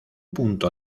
punto